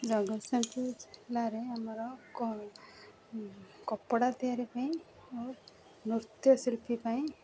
ଜଗତସିଂହପୁର ଜିଲ୍ଲାରେ ଆମର କ କପଡ଼ା ତିଆରି ପାଇଁ ଓ ନୃତ୍ୟଶିଳ୍ପୀ ପାଇଁ